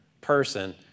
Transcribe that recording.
person